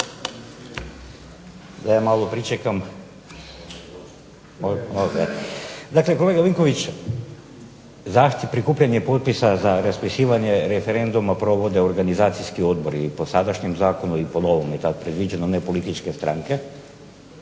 Da ja malo pričekam. Dakle kolega Vinković, zahtjev, prikupljanje potpisa za raspisivanje referenduma provode organizacijski odbori po sadašnjem zakonu i po novom, i tako je predviđeno ne političke stranke,